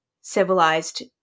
civilized